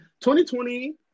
2020